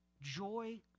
Joy